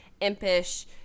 impish